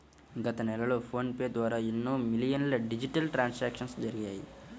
గత నెలలో PhonePe ద్వారా ఎన్నో మిలియన్ల డిజిటల్ ట్రాన్సాక్షన్స్ జరిగాయి